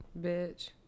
Bitch